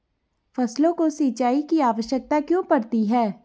फसलों को सिंचाई की आवश्यकता क्यों पड़ती है?